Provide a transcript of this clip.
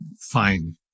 fine